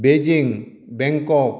Beijing Bangkok